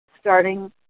starting